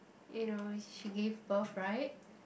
you know she gave birth right